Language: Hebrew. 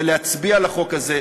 שנצביע על החוק הזה,